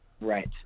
right